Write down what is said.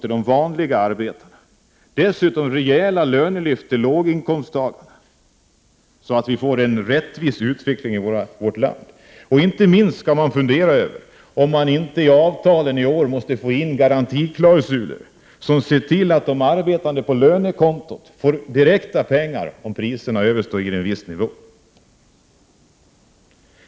till de vanliga arbetarna och dessutom rejäla lönelyft till lågkomstintagarna, så att det sker en rättvis fördelning. Inte minst skall man fundera över om man inte i avtalen i år måste få in garantiklausuler som ser till att de arbetande direkt får pengar på lönekontot, om priserna stiger över en viss nivå.